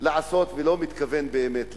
לעשות ולא מתכוון באמת לתת.